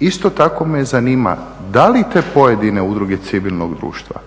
isto tako me zanima da li te pojedine udruge civilnog društva